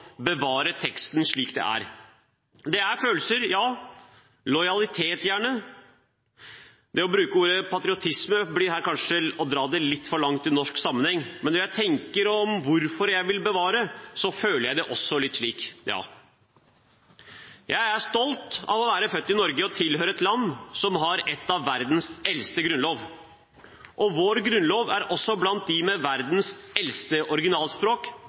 bevare teksten slik den er. Det er følelser, ja – og gjerne lojalitet. Det å bruke ordet «patriotisme» blir her kanskje å dra det litt for langt i norsk sammenheng. Men når jeg tenker på hvorfor jeg vil bevare, føler jeg det også litt slik. Jeg er stolt av å være født i Norge og tilhøre et land som har en av verdens eldste grunnlover. Og vår grunnlov er også blant dem med verdens eldste originalspråk